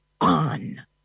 on